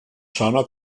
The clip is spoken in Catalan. sona